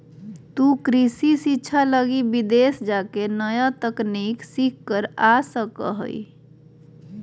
तु कृषि शिक्षा लगी विदेश जाके नया तकनीक सीख कर आ सका हीं